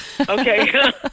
Okay